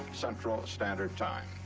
central standard time,